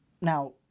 Now